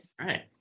Right